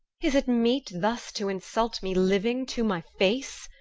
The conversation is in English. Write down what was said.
is it meet thus to insult me living, to my face?